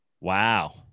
Wow